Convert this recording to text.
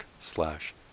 slash